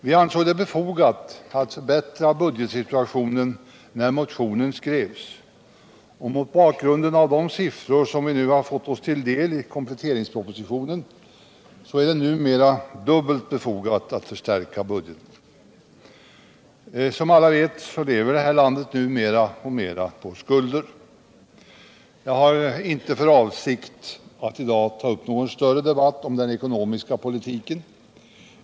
Vi ansåg det befogat att förbättra budgetsituationen när motionen skre'vs, och mot bakgrund av de siffror vi fått oss till del i kompletteringspropositionen är det numera dubbelt befogat. Som vi alla vet lever detta land mer och mer på skulder. Jag har inte för avsikt att i dag ta upp någon större debatt om den ekonomiska politiken.